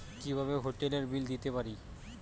কিভাবে হোটেলের বিল দিতে পারি?